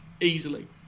easily